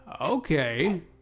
okay